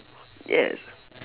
yes